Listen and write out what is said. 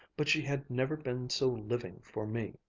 but she has never been so living for me.